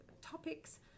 topics